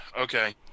Okay